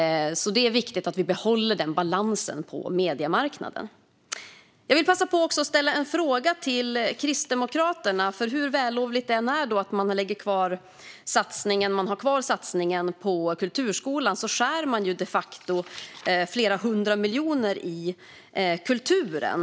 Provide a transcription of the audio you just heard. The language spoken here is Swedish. Det är viktigt att vi behåller den balansen på mediemarknaden. Jag vill passa på att också ställa en fråga till Kristdemokraterna. Hur vällovligt det än är att man har kvar satsningen på kulturskolan skär man ju de facto flera hundra miljoner i kulturen.